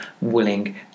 willing